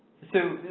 so,